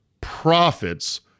profits